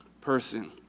person